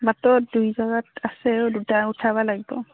মাত্ৰ দুই জাগাত আছে দুটা উঠাবা লাগ'ব